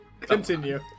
Continue